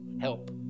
help